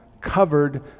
covered